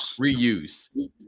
reuse